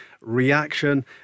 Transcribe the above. reaction